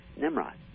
Nimrod